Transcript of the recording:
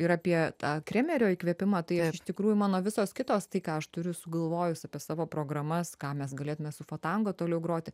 ir apie tą kremerio įkvėpimą tai iš tikrųjų mano visos kitos tai ką aš turiu sugalvojusi apie savo programas ką mes galėtume su for tango toliau groti